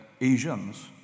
Asians